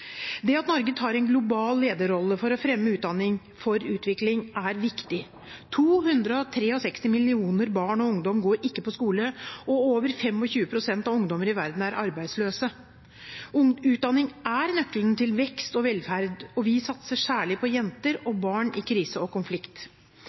Det at Norge tar en global lederrolle for å fremme utdanning for utvikling, er viktig. 263 millioner barn og unge går ikke på skole, og over 25 pst. av ungdommene i verden er arbeidsløse. Utdanning er nøkkelen til vekst og velferd. Vi satser særlig på jenter og